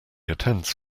attends